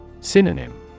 Synonym